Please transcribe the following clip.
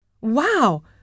Wow